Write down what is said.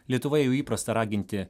lietuvoje jau įprasta raginti